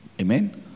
Amen